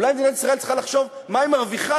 אולי מדינת ישראל צריכה לחשוב מה היא מרוויחה